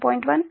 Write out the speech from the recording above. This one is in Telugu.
1 j0